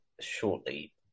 shortly